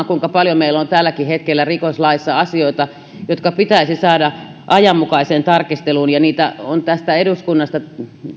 kuinka paljon meillä on tälläkin hetkellä rikoslaissa asioita jotka pitäisi saada ajanmukaiseen tarkisteluun ja niistä on täältä eduskunnasta